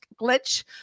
glitch